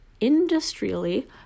industrially